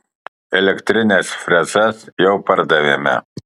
elektrines frezas jau pardavėme